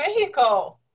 Mexico